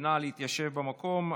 נא להתיישב במקום.